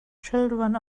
children